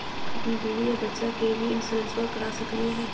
अपन बीबी आ बच्चा के भी इंसोरेंसबा करा सकली हय?